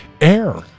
Air